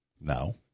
No